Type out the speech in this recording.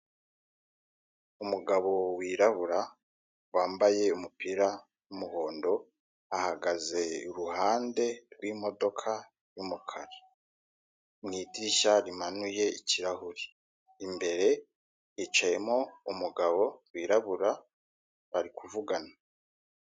Umugabo wirabura, wambaye umupira w'umuhondo, ahagaze iruhande rw'imodoka y'umukara. Mu idirishya rimanuye ikirahuri. Imbere hicayemo umugabo wirabura, bari kuvugana.